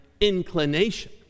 inclination